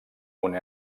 una